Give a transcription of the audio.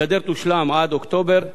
הגדר תושלם עד אוקטובר,